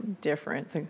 different